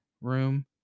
room